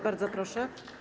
Bardzo proszę.